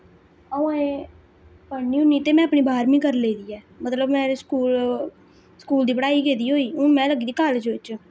अ'ऊं अजें पढ़नी होन्नी ते में अपनी बाह्रमीं करी लेदी ऐ मतलब में स्कूल स्कूल दी पढ़ाई गेदी होई हुन में लग्गी दी कालेज बिच्च